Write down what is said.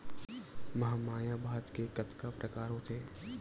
महमाया भात के कतका प्रकार होथे?